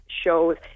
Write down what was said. shows